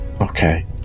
Okay